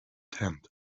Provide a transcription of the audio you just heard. tent